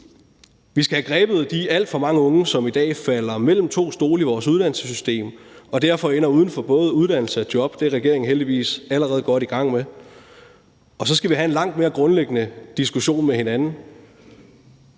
Vi skal have grebet de alt for mange unge, som i dag falder mellem to stole i vores uddannelsessystem og derfor ender uden for både uddannelse og job. Det er regeringen heldigvis allerede godt i gang med. Og så skal vi have en langt mere grundlæggende diskussion med hinanden.